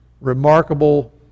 remarkable